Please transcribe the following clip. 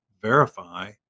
verify